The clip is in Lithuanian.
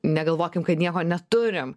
negalvokim kad nieko neturim